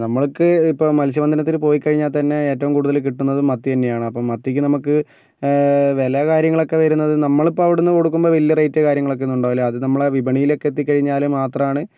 നമ്മൾക്ക് ഇപ്പം മത്സ്യബന്ധനത്തിന് പോയികഴിഞ്ഞാൽ തന്നെ ഏറ്റവും കൂടുതൽ കിട്ടുന്നത് മത്തി തന്നെയാണ് അപ്പം മത്തിക്ക് നമുക്ക് വില കാര്യങ്ങളൊക്കെ വരുന്നത് നമ്മള് ഇപ്പം അവിടുന്നു കൊടുക്കുമ്പം വലിയ റേറ്റ് കാര്യങ്ങളൊക്കെ ഒന്നും ഉണ്ടാവില്ല അത് നമ്മള് ആ വിപണിയിലൊക്കെ എത്തികഴിഞ്ഞാല് മാത്രമാണ്